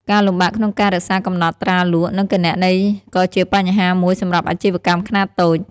ការលំបាកក្នុងការរក្សាកំណត់ត្រាលក់ និងគណនេយ្យក៏ជាបញ្ហាមួយសម្រាប់អាជីវកម្មខ្នាតតូច។